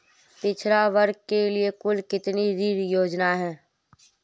पिछड़ा वर्ग के लिए कुल कितनी ऋण योजनाएं हैं?